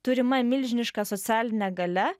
turima milžiniška socialinė galia